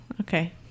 okay